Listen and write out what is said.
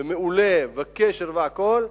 ומעולה וקשר והכול,